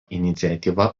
iniciatyva